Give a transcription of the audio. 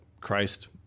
Christ